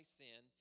sin